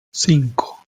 cinco